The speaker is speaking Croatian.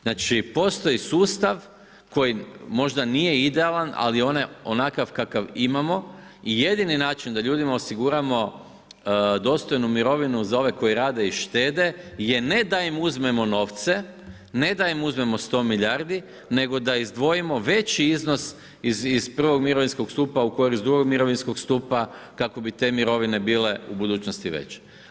Znači postoji sustav koji možda nije idealan ali onakav kakav imamo i jedini način da ljudima osiguramo dostojnu mirovinu za one koji rade i štede je ne da im uzmemo novce, ne da im uzmemo 100 milijardi, nego da izdvojimo veći iznos iz I. mirovinskog stupa u korist II. mirovinskog stupa kako bi te mirovine bile u budućnosti veće.